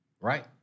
Right